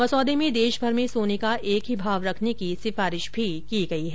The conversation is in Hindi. मसौदे में देशभर में सोने का एक ही भाव रखने की सिफारिश भी की गई है